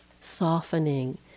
softening